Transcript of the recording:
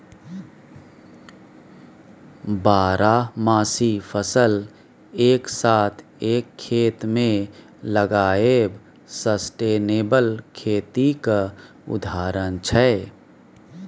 बारहमासी फसल एक साथ एक खेत मे लगाएब सस्टेनेबल खेतीक उदाहरण छै